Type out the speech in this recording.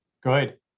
Good